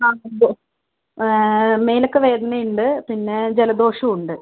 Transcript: ഉണ്ട് മേലൊക്കെ വേദന ഉണ്ട് പിന്നെ ജലദോഷവും ഉണ്ട്